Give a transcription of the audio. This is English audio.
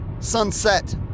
sunset